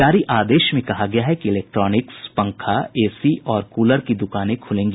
जारी आदेश में कहा गया है कि इलेक्ट्रोनिक्स पंखा एसी और कूलर की दुकानें खुलेंगी